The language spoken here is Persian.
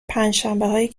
پنجشنبههایی